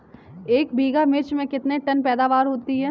एक बीघा मिर्च में कितने टन पैदावार होती है?